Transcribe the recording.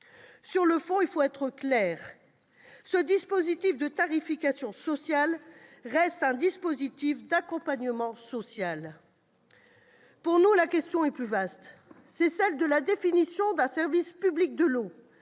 Sur le fond, il faut être clair : ce dispositif de tarification sociale reste un dispositif d'accompagnement social. Or, pour nous, la question est plus vaste : c'est celle de la définition d'un service public de l'eau,